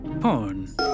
porn